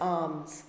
arms